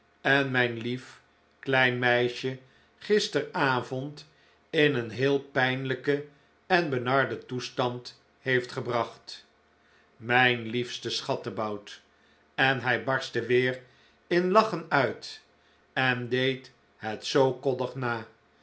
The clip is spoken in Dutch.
en mijn lief klein meisje gisterenavond in een heel pijnlijken en benarden toestand heeft gebracht mijn liefste schattebout en hij barstte weer in lachen uit en deed het zoo koddig na